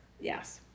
Yes